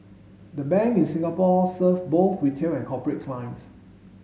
the Bank in Singapore serve both retail and corporate clients